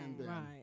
Right